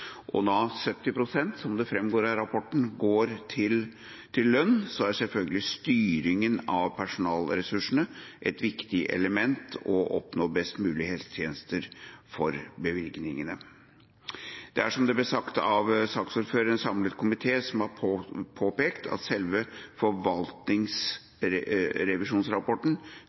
en god måte, som det framgår av rapporten. Når 70 pst. går til lønn, er selvfølgelig styringen av personalressursene et viktig element for å oppnå best mulig helsetjenester for bevilgningene. Det er, som det ble sagt av saksordføreren, en samlet komité som har påpekt at selve forvaltningsrevisjonsrapporten